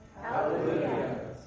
Hallelujah